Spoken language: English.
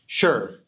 Sure